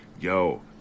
yo